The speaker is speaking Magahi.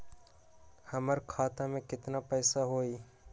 हमर खाता में केतना पैसा हई?